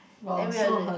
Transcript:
then we'll